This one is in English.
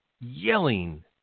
yelling